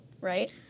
right